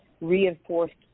reinforced